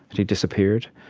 had he disappeared?